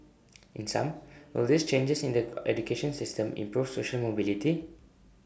in sum will these changes in the education system improve social mobility